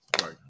right